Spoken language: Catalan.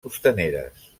costaneres